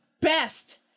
best